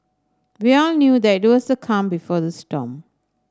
we all knew that it was the calm before the storm